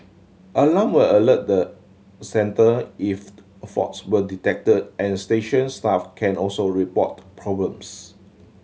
alarm will alert the centre if faults were detected and station staff can also report problems